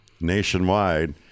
nationwide